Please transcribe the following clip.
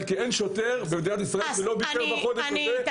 כי אין שוטר שלא ביקר בחודש הזה בירושלים.